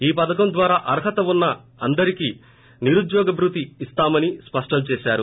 ఈ పథకం ద్వారా అర్హత ఉన్న అందరికీ నిరుద్యోగ భృతి ఇస్తామని స్పష్లం చేశారు